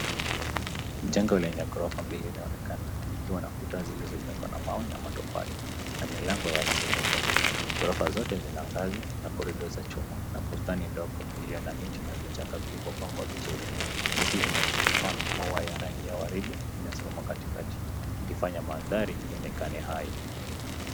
Jengo lenye ghorofa mbili inaonekana likiwa na kuta zilizojengwa na mawe na matofali na milango ya rangi nyekundu , ghorofa zote zina ngazi na (cs) corridor (cs) za chuma na bustani ndogo iliyo na miti na vichaka vilivyopangwa vizuri, miti inachuchumaa maua ya rangi ya waridi inasimama katikati inafanya mandhari ionekane hai.